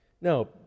Now